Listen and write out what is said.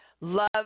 love